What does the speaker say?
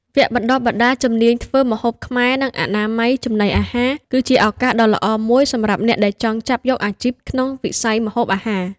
វគ្គបណ្ដុះបណ្ដាលជំនាញធ្វើម្ហូបខ្មែរ និងអនាម័យចំណីអាហារ គឺជាឱកាសដ៏ល្អមួយសម្រាប់អ្នកដែលចង់ចាប់យកអាជីពក្នុងវិស័យម្ហូបអាហារ។